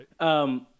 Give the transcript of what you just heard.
Right